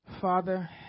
father